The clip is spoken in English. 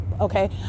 okay